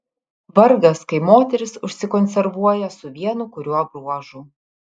vargas kai moteris užsikonservuoja su vienu kuriuo bruožu